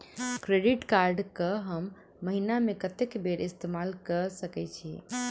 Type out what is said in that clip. Credit card कऽ हम महीना मे कत्तेक बेर इस्तेमाल कऽ सकय छी?